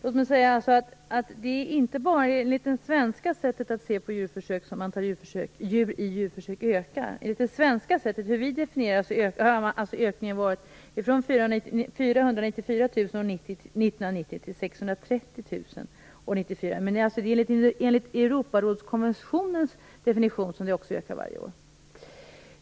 Herr talman! Det är inte bara enligt det svenska sättet att se på djurförsök som antalet djur i djurförsök ökar. Enligt vårt sätt att definiera detta har det skett en ökning från 494 000 år 1990 till 630 000 år 1994. Men även enligt Europarådskonventionens definition har det skett en ökning varje år.